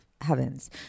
heavens